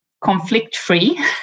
conflict-free